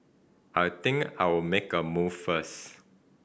I think I'll make a move first